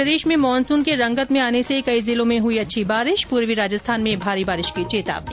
प्रदेश में मानसून के रंगत में आने से कई जिलों में हई अच्छी बारिश पूर्वी राजस्थान में भारी बारिश की चेतावनी